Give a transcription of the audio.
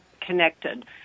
connected